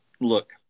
Look